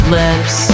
lips